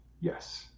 Yes